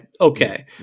okay